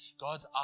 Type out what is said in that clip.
God's